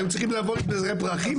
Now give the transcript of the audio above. היו צריכים לבוא עם זרי פרחים,